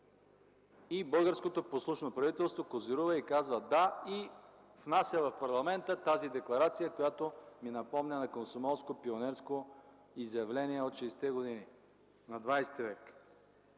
Българското послушно правителство козирува, казва „да” и внася в парламента тази декларация, която ни напомня на пионерско, комсомолско изявление от 60-те години на XX-ия век.